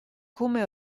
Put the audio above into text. come